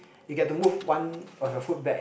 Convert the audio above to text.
you get to move one of your foot back